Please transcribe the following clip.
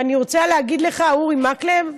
ואני רוצה להגיד לך, אורי מקלב,